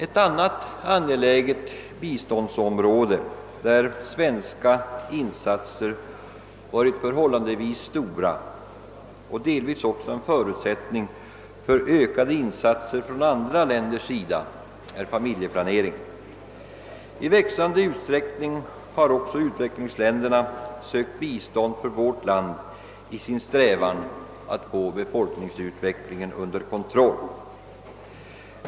Ett annat angeläget biståndsområde där svenska insatser varit förhållandevis stora och delvis utgjort en förutsättning för ökade insatser från andra länders sida är familjeplaneringen. I växande utsträckning har också utvecklingsländerna sökt bistånd från vårt land i sin strävan att få befolkningsutvecklingen under kontroll.